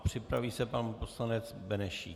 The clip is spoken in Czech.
Připraví se pan poslanec Benešík.